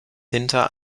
hinter